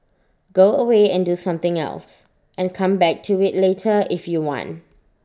go away and do something else and come back to IT later if you want